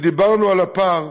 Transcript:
ודיברנו על הפער,